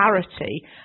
clarity